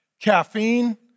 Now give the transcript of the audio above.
caffeine